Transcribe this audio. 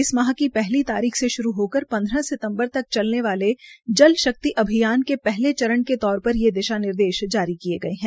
इस माह की पहली तारीख को शुरू होकर पन्द्रह सितम्बर तक चलने वाले जलशक्ति अभियान के पहले चरण के तौर पर ये दिशा निर्देष जारी किये गये है